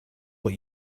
what